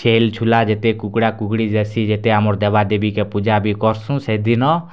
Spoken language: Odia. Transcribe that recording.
ଛେଲ୍ ଛୁଲା ଯେତେ କୁକୁଡ଼ା କୁକୁଡ଼ି ଯାଏସି ଯେତେ ଆମର୍ ଦେବାଦେବୀ କେ ପୂଜା ବି କର୍ସୁଁ ସେଦିନ